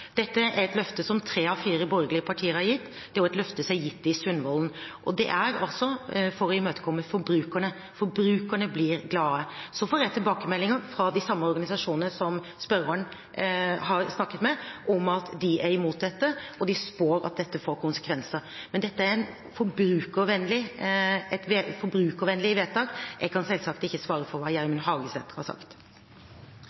Dette er et løfte som tre av fire borgerlige partier har gitt. Det er et løfte som er gitt i Sundvolden-erklæringen, og det er altså for å imøtekomme forbrukerne. Forbrukerne blir glade. Jeg får tilbakemeldinger fra de samme organisasjonene som spørreren har snakket med, om at de er imot dette, og de spår at dette får konsekvenser. Men dette er et forbrukervennlig vedtak. Jeg kan selvsagt ikke svare for hva